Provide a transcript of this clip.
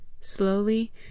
Slowly